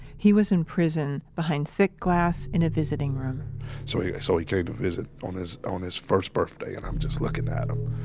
he was in prison behind thick glass in a visiting room so, so, he came to visit on his, on his first birthday and i'm just looking at him.